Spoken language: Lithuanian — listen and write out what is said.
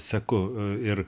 seku ir